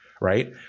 right